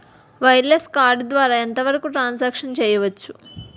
Wireless card ద్వారా ఎంత వరకు ట్రాన్ సాంక్షన్ చేయవచ్చు?